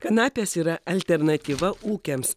kanapės yra alternatyva ūkiams